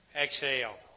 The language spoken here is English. Exhale